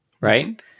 right